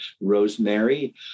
rosemary